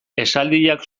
esaldiak